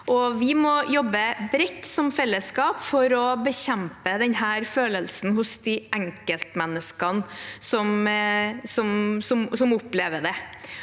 Vi må jobbe bredt som fellesskap for å bekjempe denne følelsen hos de enkeltmenneskene som opplever det.